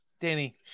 Danny